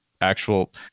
actual